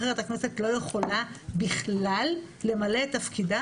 אחרת הכנסת לא יכולה בכלל למלא את תפקידה